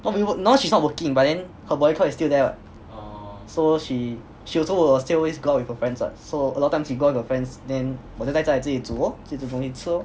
what do you mean work now she is not working but then her body clock is still there what so she she also will still always go out with her friends what so a lot of time she go out with her friends then 我就在家里自己煮咯自己煮东西吃咯